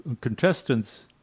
contestants